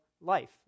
life